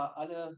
alle